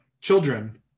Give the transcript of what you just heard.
children